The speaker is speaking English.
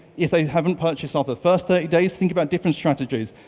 if they haven't purchased off the first thirty days, think about different strategies.